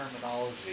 terminology